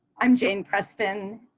i'm jane preston,